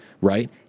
right